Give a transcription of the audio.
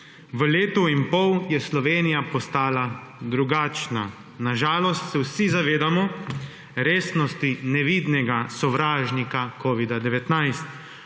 V letu in pol je Slovenija postala drugačna. Na žalost se vsi zavedamo resnosti nevidnega sovražnika Covid-19.